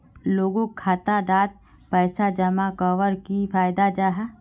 लोगोक खाता डात पैसा जमा कवर की फायदा जाहा?